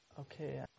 okay